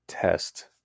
test